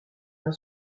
d’un